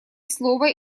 слово